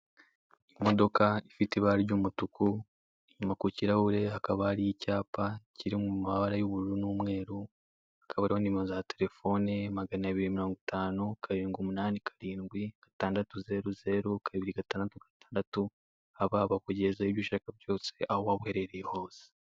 Imodoka ifite ibara ry'umutuku inyuma k'ikirahure hakaba hariho icyapa kiri mumabara y'uburu n'umweru hakaba hariho nimero za telefone 250787600266 aba bakujyezaho ibyo ushaka byose aho waba uherereye hose.